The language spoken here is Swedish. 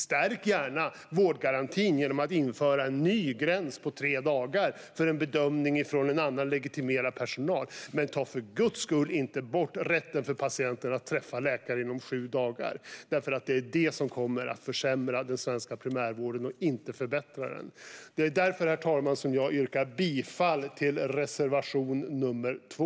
Stärk gärna vårdgarantin genom att införa ny gräns på tre dagar för en bedömning från annan legitimerad personal. Men ta för guds skull inte bort rätten för patienten att träffa läkare inom sju dagar. Det kommer att försämra den svenska primärvården och inte förbättra den. Herr talman! Jag yrkar därför bifall till reservation nr 2.